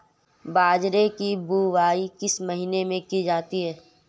बाजरे की बुवाई किस महीने में की जाती है?